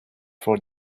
for